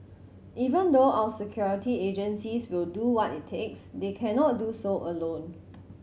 even though our security agencies will do what it takes they cannot do so alone